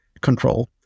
control